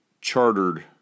chartered